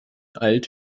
alt